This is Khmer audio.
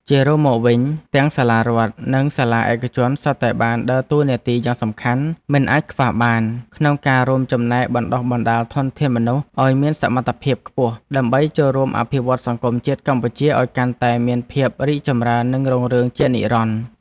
ជារួមមកវិញ ទាំងសាលារដ្ឋនិងសាលាឯកជនសុទ្ធតែបានដើរតួនាទីយ៉ាងសំខាន់មិនអាចខ្វះបាន ក្នុងការរួមចំណែកបណ្តុះបណ្តាលធនធានមនុស្សឱ្យមានសមត្ថភាពខ្ពស់ ដើម្បីចូលរួមអភិវឌ្ឍសង្គមជាតិកម្ពុជាឱ្យកាន់តែមានភាពរីកចម្រើននិងរុងរឿងជានិរន្តរ៍។